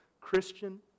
Christian